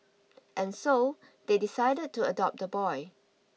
and so they decided to adopt the boy